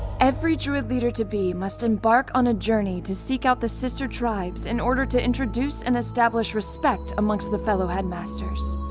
every druid leader to be must embark on a journey to seek out the sister tribes in order to introduce and establish respect amongst the fellow headmasters.